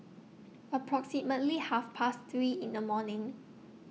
approximately Half Past three in The morning